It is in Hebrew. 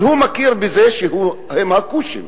אז הוא מכיר בזה שהם הכושים.